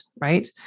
right